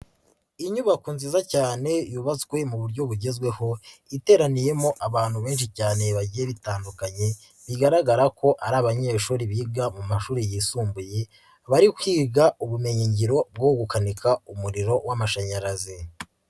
Inyubako nziza cyane yubatswe mu buryo bugezweho, iteraniyemo abantu benshi cyane bagiye bitandukanye, bigaragara ko ari abanyeshuri biga mu mashuri yisumbuye, bari kwiga ubumenyingiro bwo gukanika umuriro w'amashanyarazi.